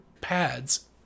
pads